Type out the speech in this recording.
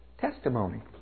testimony